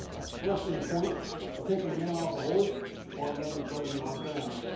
a thrusting point for taking a man off a horse or a man in front of you on ground